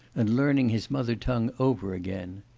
and learning his mother tongue over again.